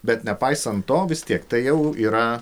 bet nepaisant to vis tiek tai jau yra